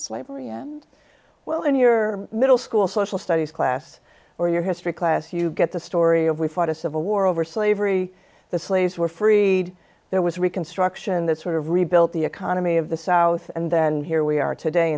slavery and well in your middle school social studies class or your history class you get the story of we fought a civil war over slavery the slaves were freed there was reconstruction that sort of rebuilt the economy of the south and then here we are today